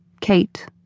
Kate